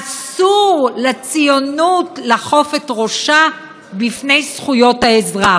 אסור לציונות לכוף את ראשה בפני זכויות האזרח,